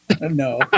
No